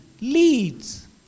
leads